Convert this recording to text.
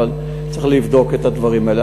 אבל צריך לבדוק את הדברים האלה.